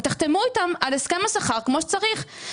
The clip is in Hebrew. ותחתמו איתם על הסכם השכר כמו שצריך,